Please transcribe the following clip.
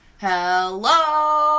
Hello